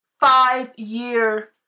five-year